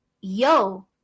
yo